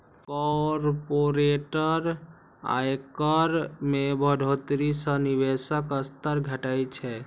corporate आयकर मे बढ़ोतरी सं निवेशक स्तर घटै छै